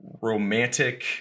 romantic